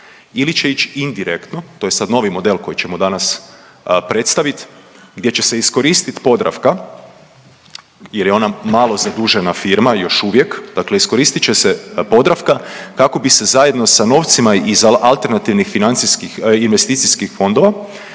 ili će ići indirektno, to je sad novi model koji ćemo danas predstaviti, gdje će se iskoristiti Podravka jer je ona malo zadužena firma još uvijek, dakle iskoristit će se Podravka kako bi se zajedno sa novcima iz alternativnih investicijskih fondova,